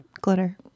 glitter